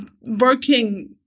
working